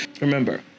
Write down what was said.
Remember